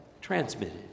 transmitted